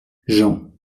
jean